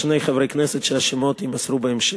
שני חברי הכנסת ששמותיהם יימסרו בהמשך,